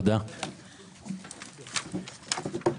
הישיבה ננעלה בשעה 14:21.